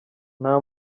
nta